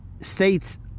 states